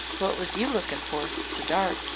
wot was you lookin' for? to dart.